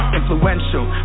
influential